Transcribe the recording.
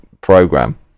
program